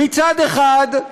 מצד אחד,